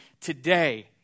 today